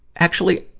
actually,